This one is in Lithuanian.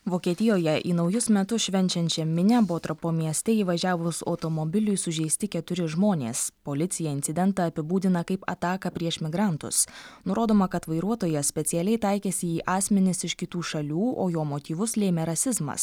vokietijoje į naujus metus švenčiančią minią botropo mieste įvažiavus automobiliui sužeisti keturi žmonės policija incidentą apibūdina kaip ataką prieš migrantus nurodoma kad vairuotojas specialiai taikėsi į asmenis iš kitų šalių o jo motyvus lėmė rasizmas